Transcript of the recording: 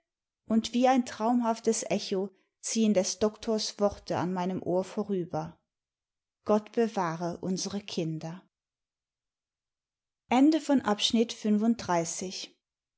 und wie ein traumhaftes echo ziehen des doktors worte an meinem ohr vorüber gott bewahre unsere kinder